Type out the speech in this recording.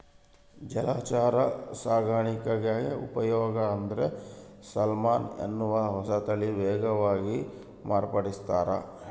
ಜಲಚರ ಸಾಕಾಣಿಕ್ಯಾಗ ಉಪಯೋಗ ಅಂದ್ರೆ ಸಾಲ್ಮನ್ ಎನ್ನುವ ಹೊಸತಳಿ ವೇಗವಾಗಿ ಮಾರ್ಪಡಿಸ್ಯಾರ